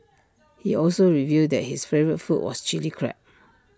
he also revealed that his favourite food was Chilli Crab